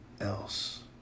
else